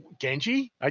Genji